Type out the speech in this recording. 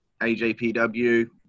AJPW